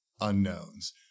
unknowns